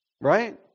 right